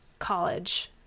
college